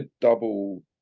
double